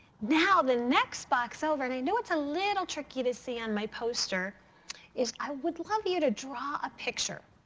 now the next box over, and i know it's a little tricky to see on my poster is i would love you to draw a picture.